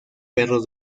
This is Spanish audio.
perro